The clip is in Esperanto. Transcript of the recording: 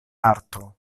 arto